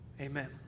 Amen